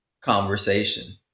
conversation